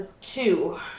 Two